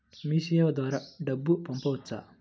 మీసేవ ద్వారా డబ్బు పంపవచ్చా?